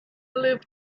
leave